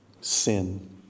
Sin